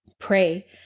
Pray